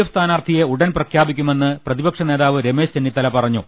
F സ്ഥാനാർത്ഥിയെ ഉടൻ പ്രഖ്യാപിക്കുമെന്ന് പ്രതിപക്ഷ നേതാവ് രമേശ് ചെന്നി ത്തല പറഞ്ഞു